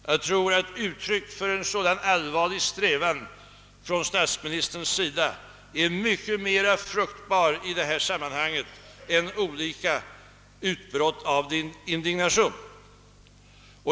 Jag tror att uttryck för en sådan allvarlig strävan från statsministerns sida är mycket mera fruktbar än olika utbrott av indignation.